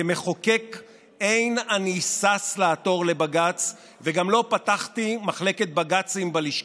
כמחוקק אין אני שש לעתור לבג"ץ וגם לא פתחתי מחלקת בג"צים בלשכה,